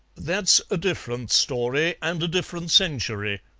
that's a different story and a different century,